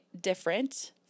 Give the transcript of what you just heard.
different